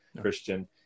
Christian